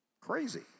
Crazy